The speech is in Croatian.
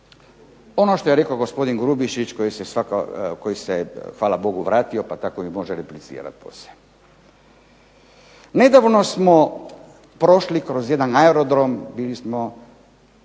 ono što je rekao gospodin Grubišić koji se hvala Bogu vratio, pa tako mi može replicirati poslije. Nedavno smo prošli kroz jedan aerodrom, bili smo